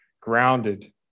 grounded